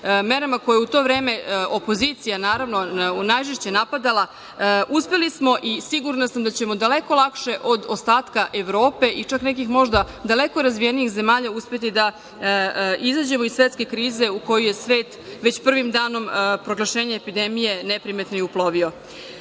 merama koje je u to vreme opozicija, naravno, najžešće napadala, sigurna sam da ćemo daleko lakše od ostatka Evrope i čak nekih možda daleko razvijenijih zemalja uspeti da izađemo iz svetske krize u koju je svet već prvim danom proglašenje epidemije neprimetno i uplovio. Dakle,